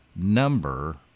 number